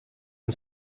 and